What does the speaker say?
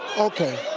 okay.